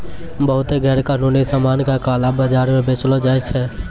बहुते गैरकानूनी सामान का काला बाजार म बेचलो जाय छै